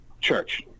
church